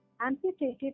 amputated